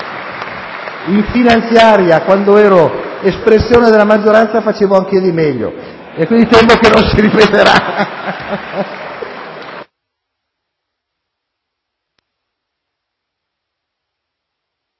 In finanziaria, quando ero espressione della maggioranza, facevo anche di meglio! Temo, quindi, che non si ripeterà!